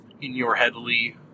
in-your-headly